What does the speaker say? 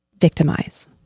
victimize